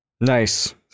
Nice